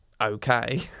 okay